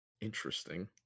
Interesting